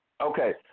Okay